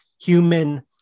human